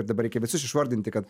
dabar reikia visus išvardinti kad